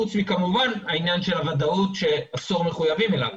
חוץ מכמובן העניין של הוודאות שעשור מחויבים אליו.